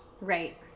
Right